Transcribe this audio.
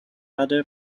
other